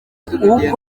biri